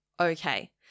okay